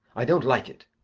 i don't like it.